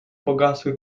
pogasły